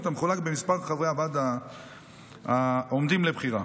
המחולק במספר חברי הוועד העומדים לבחירה.